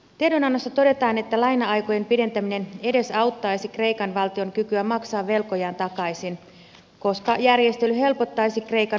tiedonannossa todetaan että laina aikojen pidentäminen edesauttaisi kreikan valtion kykyä maksaa velkojaan takaisin koska järjestely helpottaisi kreikan maksuaikatauluja